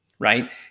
Right